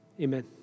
amen